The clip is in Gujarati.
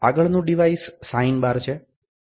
આગળનું ડિવાઇસ સાઈન બાર છે